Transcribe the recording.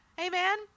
Amen